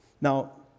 Now